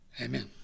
Amen